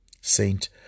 Saint